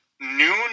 noon